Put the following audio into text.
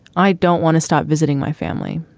i don't want to stop visiting my family.